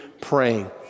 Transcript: praying